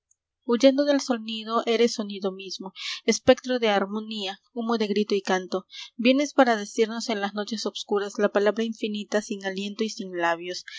huyendo del sonido eres sonido mismo espectro de harmonía humo de grito y canto vienes para decirnos en las noches obscuras v la palabra infinita sin aliento y sin labios